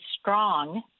strong